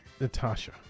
Natasha